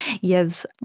Yes